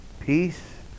peace